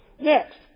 Next